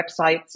websites